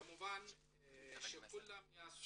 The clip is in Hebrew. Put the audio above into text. אני מברך את מר מאיר חביב חבר הפרלמנט שהגיע מצרפת